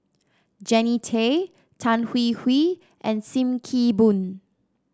Jannie Tay Tan Hwee Hwee and Sim Kee Boon